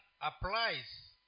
applies